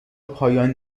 پایان